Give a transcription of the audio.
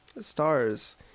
stars